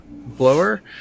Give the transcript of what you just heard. Blower